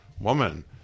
woman